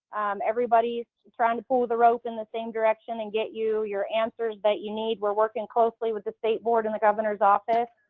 everybody's trying to pull the rope in the same direction and get you your answers that you need. we're working closely with the state board and the governor's office.